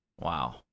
wow